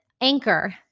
Anchor